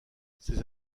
ses